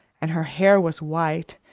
and her hair was white,